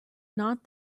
not